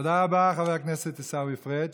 תודה רבה, חבר הכנסת עיסאווי פריג'.